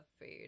food